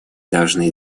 должны